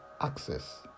access